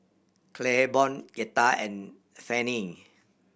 Claiborne Yetta and Fannye